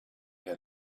had